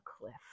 cliff